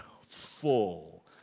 full